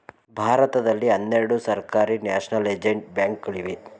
ಭಾರತದಲ್ಲಿ ಹನ್ನೆರಡು ಸರ್ಕಾರಿ ನ್ಯಾಷನಲೈಜಡ ಬ್ಯಾಂಕ್ ಗಳಿವೆ